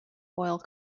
foil